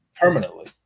permanently